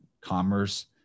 commerce